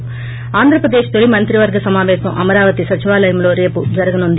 ి ఆంధ్రప్రదేశ్ తొలి మంత్రివర్గ సమావేశం అమరావతి సచివాలయంలో రేపు జరగనుంది